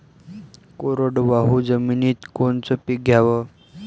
कोरडवाहू जमिनीत कोनचं पीक घ्याव?